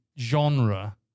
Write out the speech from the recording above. genre